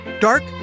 dark